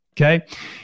Okay